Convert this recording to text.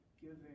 giving